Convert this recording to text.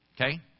Okay